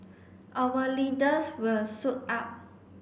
our leaders will suit up